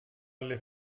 alle